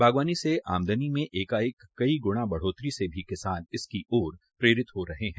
बागवानी से आमदनी में एकाएक बई गुणा बढोतरी से भी किसान इसकी और प्रेरित हो रहे हैं